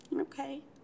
Okay